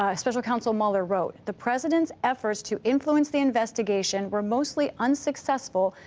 ah special counsel mueller wrote the president's efforts to influence the investigation were mostly unsuccessful.